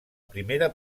primera